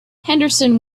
henderson